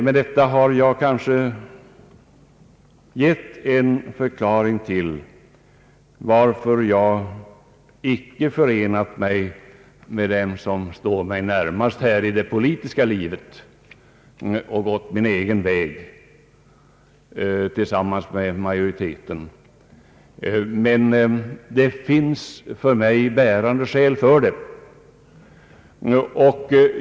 Med detta har jag kanske gett en förklaring till varför jag icke förenat mig med dem som står mig närmast här i det politiska livet utan gått min egen väg tillsammans med majoriteten. Det finns emellertid för mig bärande skäl härför.